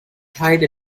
tied